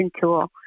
tool